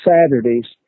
Saturdays